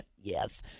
Yes